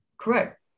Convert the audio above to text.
Correct